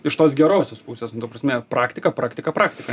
iš tos gerosios pusės nu ta prasme praktika praktika praktika